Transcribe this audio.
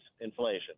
inflation